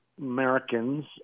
Americans